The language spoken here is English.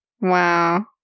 wow